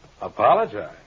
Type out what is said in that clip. Apologize